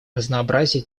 разнообразия